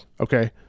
okay